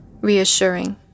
reassuring